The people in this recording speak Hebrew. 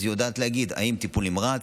אז היא יודעת להגיד אם טיפול נמרץ,